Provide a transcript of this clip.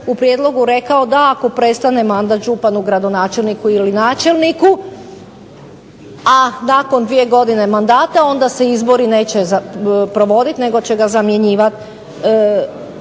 u prijedlogu rekao da ako prestane mandat županu, gradonačelniku ili načelniku, a nakon dvije godine mandata onda se izbori neće provoditi, nego će ga zamjenjivati zamjenik.